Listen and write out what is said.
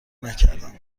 نکردم